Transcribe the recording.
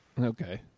Okay